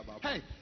hey